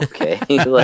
okay